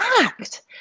act